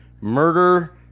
murder